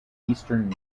eastern